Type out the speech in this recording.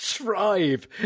Strive